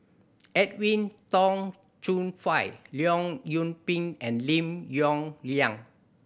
Edwin Tong Chun Fai Leong Yoon Pin and Lim Yong Liang